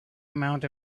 amount